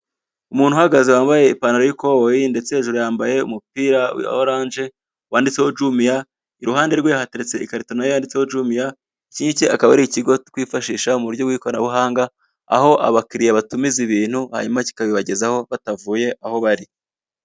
Umuntu uhagaze wambaye ipantaro y'ikoboyi ndetse hejuru yambaye umupira wa orange wanditseho jumiya, iruhande rwe hateretse ikarito nayo yanditseho jumiya iki ngiki kikaba ari ikigo twifashisha buryo bw'ikoranabuhanga aho abakiriya batumiza ibintu hanyuma kikabibagezaho batavuye aho bari.